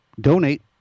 donate